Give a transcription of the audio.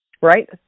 Right